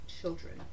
children